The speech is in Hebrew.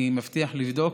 אני מבטיח לבדוק,